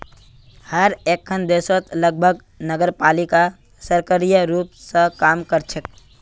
हर एकखन देशत लगभग नगरपालिका सक्रिय रूप स काम कर छेक